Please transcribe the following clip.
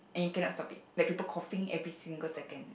and cannot stop it like people coughing every single second